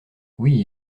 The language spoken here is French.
oui